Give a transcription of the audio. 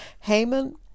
Haman